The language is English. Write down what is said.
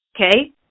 Okay